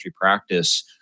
practice